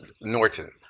Norton